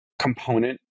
component